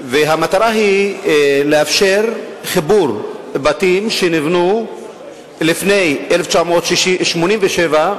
המטרה היא לאפשר חיבור בתים שנבנו לפני 1987,